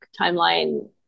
timeline